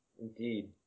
Indeed